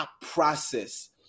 process